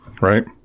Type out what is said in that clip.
Right